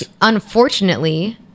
unfortunately